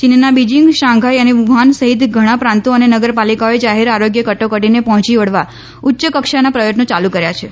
ચીનના Beijing Shanghai અને Wuhan સહિત ઘણાં પ્રાંતો અને નગરપાલિકાઓએ જાહેર આરોગ્ય કટોકટીને પહોંચી વળવા ઉચ્ય કક્ષાના પ્રયત્નો ચાલુ કર્યા છે